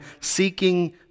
seeking